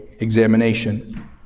examination